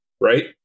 right